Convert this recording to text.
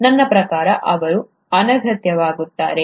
ನನ್ನ ಪ್ರಕಾರ ಅವರು ಅನಗತ್ಯವಾಗುತ್ತಾರೆ